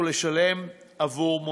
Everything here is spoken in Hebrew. לשלם עבור מונית.